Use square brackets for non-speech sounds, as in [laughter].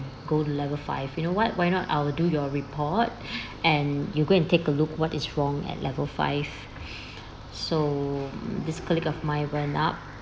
go to level five you know what why not I will do your report [breath] and you go and take a look what is wrong at level five [breath] so mm this colleague of my went up